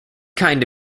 kind